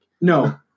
no